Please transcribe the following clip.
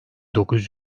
dokuz